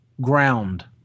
ground